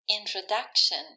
Introduction